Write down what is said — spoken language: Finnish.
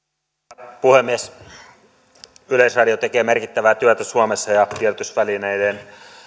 herra puhemies yleisradio tekee merkittävää työtä suomessa ja tiedotusvälineiden